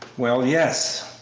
well, yes.